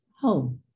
home